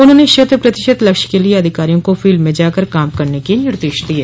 उन्होंने शत प्रतिशत लक्ष्य के लिए अधिकारियों को फील्ड में जाकर काम करने के निर्देश दिये